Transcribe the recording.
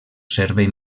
servei